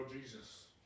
Jesus